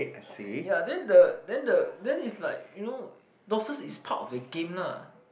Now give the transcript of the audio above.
er yeah then the then the then is like you know losses is part of the game lah